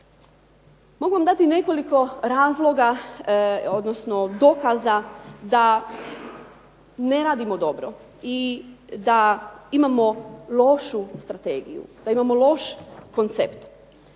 Mogu vam dati nekoliko razloga odnosno dokaza da ne radimo dobro i da imamo lošu strategiju, da imamo loš koncept.